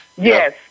Yes